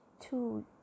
two